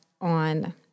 on